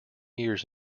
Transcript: years